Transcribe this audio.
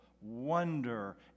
wonder